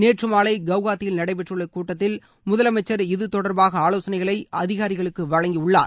நேற்று மாலை கவுகாத்தியில் நடைபெற்றுள்ள கூட்டத்தில் முதலமைச்சர் இது தொடர்பாக ஆலோசனைகளை அதிகாரிகளுக்கு வழங்கினார்